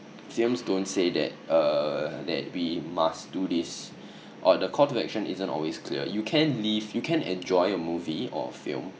films don't say that err that we must do this or the call to action isn't always clear you can leave you can enjoy a movie or film